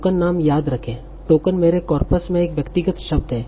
token नाम याद रखें टोकन मेरे कॉर्पस में एक व्यक्तिगत शब्द है